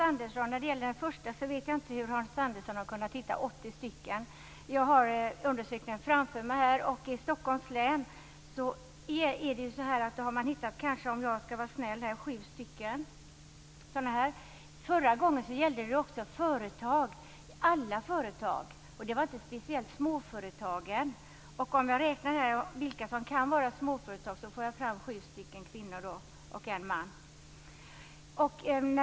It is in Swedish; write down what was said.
Fru talman! Jag vet inte hur Hans Andersson har kunnat hitta 80 stycken. Jag har undersökningen framför mig och i Stockholms län har man, om jag skall vara snäll, kanske hittat sju stycken. Förra gången gällde det också alla företag. Det var inte speciellt småföretagen. Om jag räknar vilka som kan vara småföretag får jag fram sju stycken kvinnor och en man.